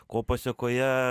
ko pasekoje